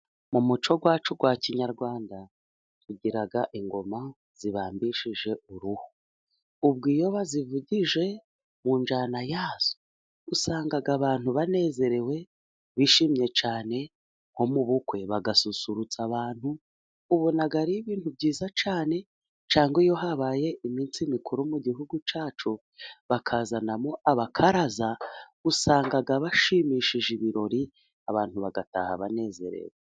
Mu muco wacu wa kinyarwanda ,tugira ingoma zibambishije uruhu, ubwo iyo bazivugije mu njyana yazo ,usanga abantu banezerewe bishimye cyane ,nko mu bukwe bagasusurutsa abantu ,ubona ari ibintu byiza cyane ,cyangwa iyo habaye iminsi mikuru mu Gihugu cyacu ,bakazanamo abakaraza, usanga bashimishije ibirori abantu bagataha banezerewe.